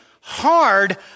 hard